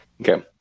Okay